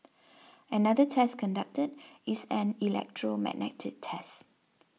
another test conducted is an electromagnetic test